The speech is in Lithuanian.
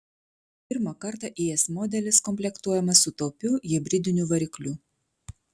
pirmą kartą is modelis komplektuojamas su taupiu hibridiniu varikliu